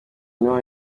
niho